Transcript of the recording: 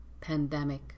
pandemic